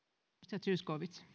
arvoisa